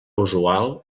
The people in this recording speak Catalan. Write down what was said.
usual